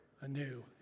anew